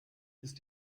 ist